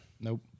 Nope